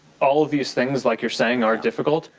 all of these things like you're saying are difficult.